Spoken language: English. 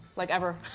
like ever.